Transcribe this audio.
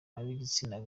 ab’igitsina